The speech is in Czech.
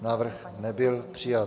Návrh nebyl přijat.